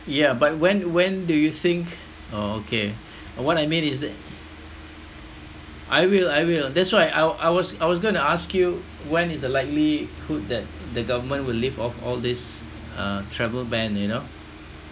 yeah but when when do you think oh okay what I mean is that I will I will that's why I I was I was going to ask you when is the likelihood that the government will lift off all this uh travel ban you know